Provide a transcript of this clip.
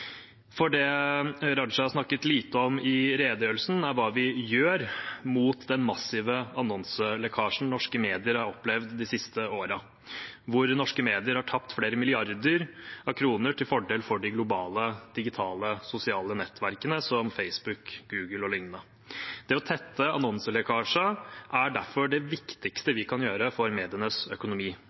For det Raja snakket lite om i redegjørelsen, er hva vi gjør mot den massive annonselekkasjen norske medier har opplevd de siste årene, hvor norske medier har tapt flere milliarder av kroner til fordel for de globale, digitale sosiale nettverkene, som Facebook, Google o.l. Det å tette annonselekkasje er derfor det viktigste vi kan gjøre for medienes økonomi.